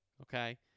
Okay